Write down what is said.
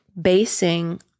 basing